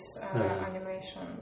animation